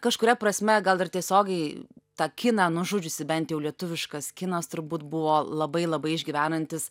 kažkuria prasme gal ir tiesiogiai tą kiną nužudžiusi bent jau lietuviškas kinas turbūt buvo labai labai išgyvenantis